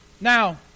Now